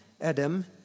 Adam